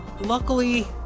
luckily